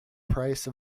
price